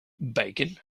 bacon